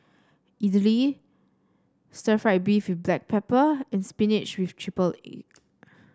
idly Stir Fried Beef with Black Pepper and spinach with triple egg